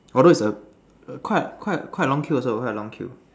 although is a quite a quite a quite a long queue also quite a long queue